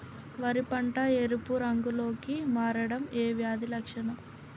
వరి పంట ఎరుపు రంగు లో కి మారడం ఏ వ్యాధి లక్షణం?